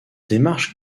démarche